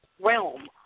realm